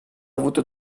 avuto